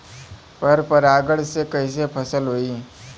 पर परागण से कईसे फसल होई?